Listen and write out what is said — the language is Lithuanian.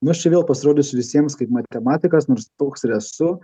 nu aš čia vėl pasirodysiu visiems kaip matematikas nors toks ir esu